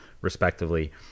respectively